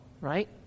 right